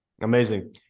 amazing